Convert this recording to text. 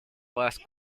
last